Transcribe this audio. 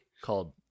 Called